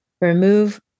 remove